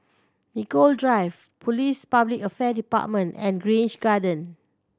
Nicoll Drive Police Public Affairs Department and Grange Garden